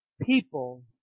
people